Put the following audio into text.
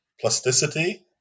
plasticity